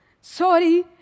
Sorry